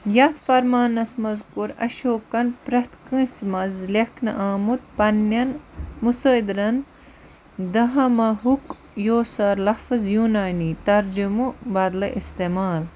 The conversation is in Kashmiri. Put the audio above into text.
یَتھ فرمانس منٛز کوٚر اشوکن پرٛتھ کٲنٛسہِ منٛز لیکھنہٕ آمُت پنٕنٮ۪ن مُصٲبرن دہاما ہُک یوسار لفظ یونانی ترجمہٕ بدلہٕ استِمال